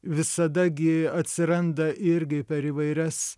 visada gi atsiranda irgi per įvairias